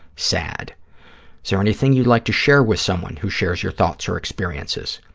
sad. is there anything you'd like to share with someone who shares your thoughts or experiences?